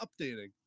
updating